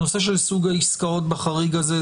הנושא של סוג העסקאות בחריג הזה,